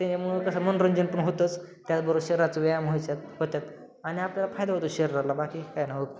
त्याच्यामुळे कसं मनोरंजन पण होतंच त्याचबरोबर शरीराचा व्यायाम व्हायच्या होत्या आणि आपल्याला फायदा होतो शरीराला बाकी काय ना हो